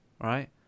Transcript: right